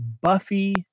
buffy